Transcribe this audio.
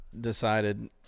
decided